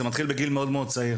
זה מתחיל בגיל מאוד צעיר.